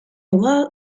wall